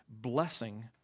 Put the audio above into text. blessing